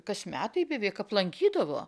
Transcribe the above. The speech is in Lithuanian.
kas metai beveik aplankydavo